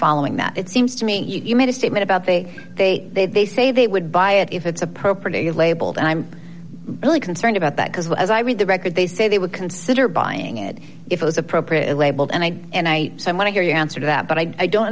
following that it seems to me you've made a statement about they they they they say they would buy it if it's appropriate or labelled and i'm really concerned about that as well as i read the record they say they would consider buying it if it was appropriate labelled and i and i want to hear your answer to that but i don't